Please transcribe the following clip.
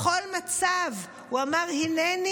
בכל מצב הוא אמר הינני,